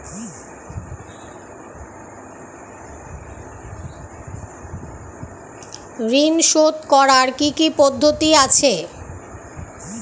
ঋন শোধ করার কি কি পদ্ধতি আছে?